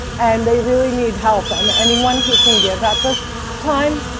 and they really need help and anyone who can give at this time,